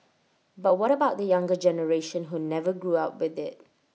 but what about the younger generation who never grew up with IT